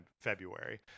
February